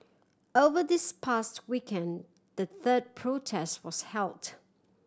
over this past weekend the third protest was held